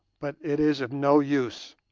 but it is of no use,